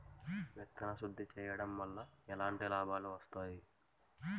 విత్తన శుద్ధి చేయడం వల్ల ఎలాంటి లాభాలు వస్తాయి?